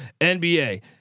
NBA